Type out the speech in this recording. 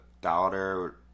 daughter